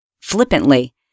flippantly